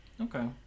Okay